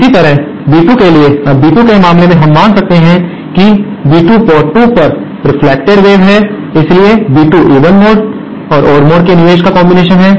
इसी तरह बी2 के लिए अब बी2 के मामले में हम मान सकते हैं कि बी 2 पोर्ट 2 पर रेफ्लेक्टेड वेव है इसलिए बी 2 इवन मोड और ओड मोड के निवेश का कॉम्बिनेशन है